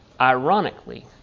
ironically